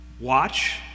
watch